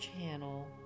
channel